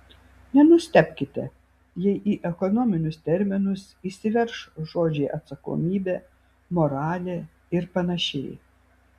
nenustebkite jei į ekonominius terminus įsiverš žodžiai atsakomybė moralė ir panašiai